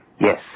Yes